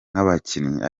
nk’abakinnyi